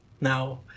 Now